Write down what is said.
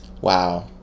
Wow